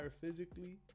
physically